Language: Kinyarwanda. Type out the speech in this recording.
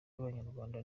babanyarwanda